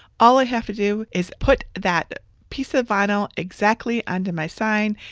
all i have to do is put that piece of vinyl exactly onto my sign,